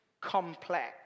complex